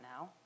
now